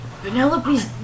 Penelope's